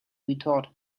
retort